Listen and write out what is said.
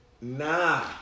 Nah